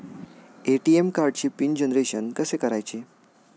ATM कार्डचे PIN generation कसे करायचे?